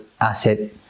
asset